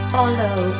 Follow